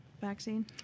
vaccine